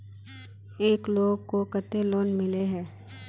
एक लोग को केते लोन मिले है?